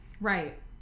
Right